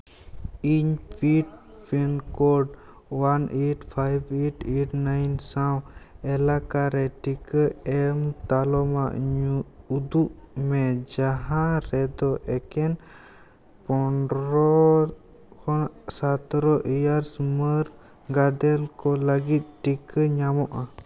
ᱤᱧ ᱯᱤ pin code one eight five eight eight nine ᱥᱟᱶ ᱮᱞᱟᱠᱟ ᱨᱮ ᱴᱤᱠᱟᱹ ᱮᱢ ᱛᱟᱞᱢᱟ ᱤᱧᱟᱹᱜ ᱩᱫᱩᱜᱽ ᱢᱮ ᱡᱟᱦᱟᱸ ᱨᱮᱫᱚ ᱮᱠᱮᱱ ᱯᱚᱱᱨᱚ ᱟᱨ ᱥᱚᱛᱨᱚ ᱤᱭᱟᱨᱥ ᱩᱢᱟᱹᱨ ᱜᱟᱫᱮᱞ ᱠᱚ ᱞᱟᱹᱜᱤᱫ ᱴᱤᱠᱟᱹ ᱧᱟᱢᱚᱜᱼᱟ